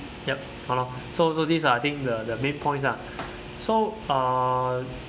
yup !hannor! so those these are I think the the main points lah so uh